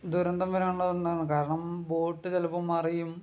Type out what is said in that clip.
ദുരന്തം വരാനുള്ള ഒന്നാണ് കാരണം ബോട്ട് ചിലപ്പം മറിയും